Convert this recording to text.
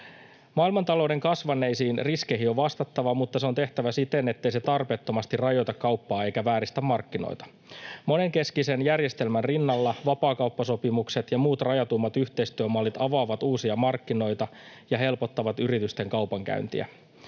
Maailmantalouden kasvaneisiin riskeihin on vastattava, mutta se on tehtävä siten, ettei se tarpeettomasti rajoita kauppaa eikä vääristä markkinoita. Monenkeskisen järjestelmän rinnalla vapaakauppasopimukset ja muut rajatummat yhteistyömallit avaavat uusia markkinoita ja helpottavat yritysten kaupankäyntiä.